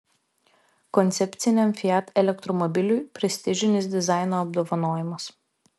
koncepciniam fiat elektromobiliui prestižinis dizaino apdovanojimas